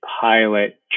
pilot